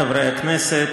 חברי חברי הכנסת,